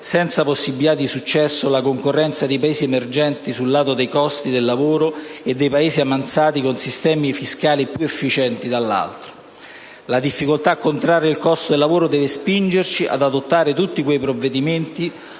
senza possibilità di successo la concorrenza dei Paesi emergenti sul lato dei costi del lavoro e dall'altro dei Paesi avanzati con sistemi fiscali più efficienti. La difficoltà a contrarre il costo del lavoro deve spingerci ad adottare tutti quei provvedimenti